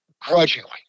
Grudgingly